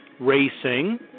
racing